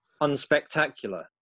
unspectacular